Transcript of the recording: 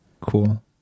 Cool